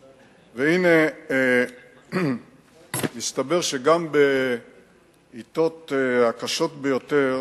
והנה, מסתבר שגם בעתות הקשות ביותר